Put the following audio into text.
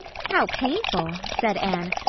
how painful! said anne,